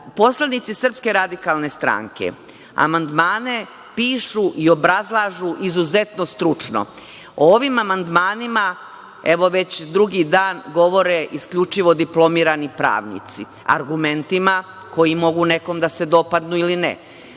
Poslanici SRS amandmane pišu i obrazlažu izuzetno stručno. O ovim amandmanima, evo, već drugi dan, govore isključivo diplomirani pravnici, argumentima koji mogu nekom da se dopadnu ili ne,